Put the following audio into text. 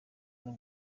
n’u